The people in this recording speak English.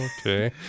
okay